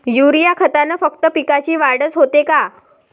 Urea खतानं फक्त पिकाची वाढच होते का?